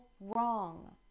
wrong